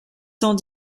cent